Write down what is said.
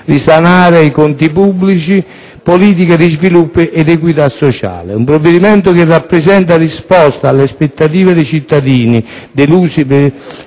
(risanamento dei conti pubblici, politiche di sviluppo ed equità sociale) e che rappresenta una risposta alle aspettative dei cittadini, delusi per